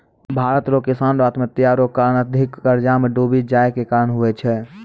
भारत रो किसानो रो आत्महत्या रो कारण अधिक कर्जा मे डुबी जाय रो कारण हुवै छै